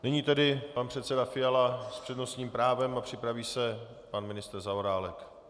Nyní tedy pan předseda Fiala s přednostním právem a připraví se pan ministr Zaorálek.